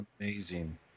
amazing